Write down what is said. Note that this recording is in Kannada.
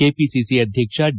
ಕೆಪಿಸಿಸಿ ಅಧ್ಯಕ್ಷ ಡಿ